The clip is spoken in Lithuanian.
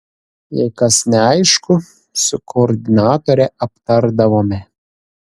jei kas neaišku su koordinatore aptardavome